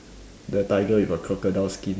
the tiger with a crocodile skin